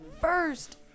first